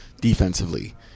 defensively